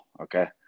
okay